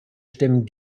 stimmen